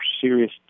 serious